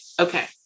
Okay